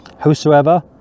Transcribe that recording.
whosoever